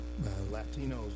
latinos